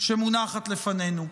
שמונחת לפנינו.